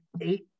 eight